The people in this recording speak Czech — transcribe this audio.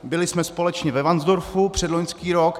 Byli jsme společně ve Varnsdorfu předloňský rok.